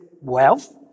wealth